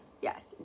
yes